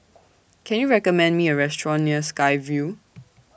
Can YOU recommend Me A Restaurant near Sky Vue